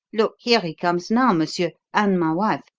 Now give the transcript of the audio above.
look, here he comes now, monsieur, and my wife,